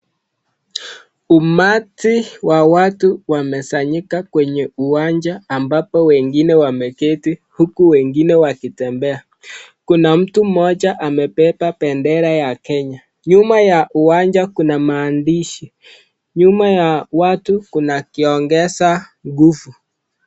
Umati wa watu wamesanyika kwenye uwanja ambapo wengine wameketi huku wengine wakitembea. Kuna mtu mmoja amebeba bendera ya kenya. Nyuma ya uwanja kuna maandishi nyuma ya watu kuna kiongeza nguvu.